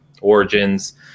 Origins